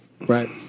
right